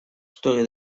story